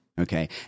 Okay